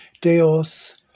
Deus